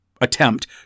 attempt